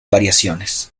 variaciones